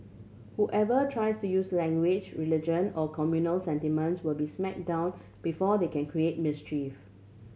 whoever tries to use language religion or communal sentiments will be smack down before they can create mischief